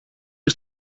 και